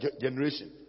generation